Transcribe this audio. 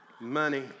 money